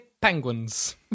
penguins